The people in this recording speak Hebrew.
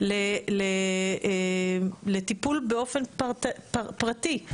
לטיפול באופן פרטי.